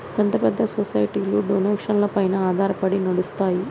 పెద్ద పెద్ద సొసైటీలు డొనేషన్లపైన ఆధారపడి నడుస్తాయి